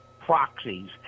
proxies